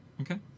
Okay